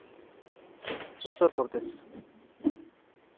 Uttar Pradesh